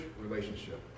relationship